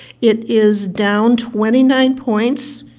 it is down twenty nine points,